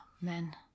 men